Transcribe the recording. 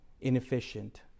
inefficient